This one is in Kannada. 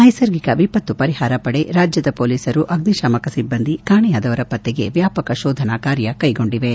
ನೈಸರ್ಗಿಕ ವಿಪತ್ತು ಪರಿಹಾರ ಪಡೆ ರಾಜ್ಯದ ಪೊಲೀಸರು ಅಗ್ನಿಶಾಮಕ ಸಿಬ್ಬಂದಿ ಕಾಣೆಯಾದವರ ಪತ್ತೆಗೆ ವ್ಯಾಪಕ ಶೋಧನಾಕಾರ್ಯ ಕೈಗೊಂಡಿವೆ